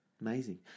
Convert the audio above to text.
Amazing